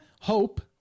hope